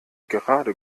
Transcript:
gerade